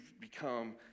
become